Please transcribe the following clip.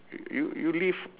y~ you you live